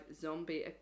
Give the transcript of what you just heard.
Zombie